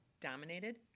Dominated